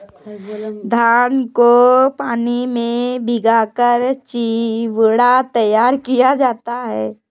धान को पानी में भिगाकर चिवड़ा तैयार किया जाता है